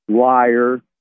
liar